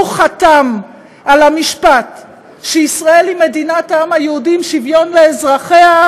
הוא חתם על המשפט שישראל היא מדינת העם היהודי עם שוויון לאזרחיה,